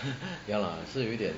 ya lah 是有一点